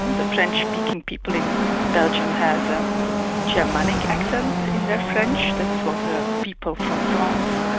the french-speaking people in belgium have a germanic accent in their french, that's what the people from france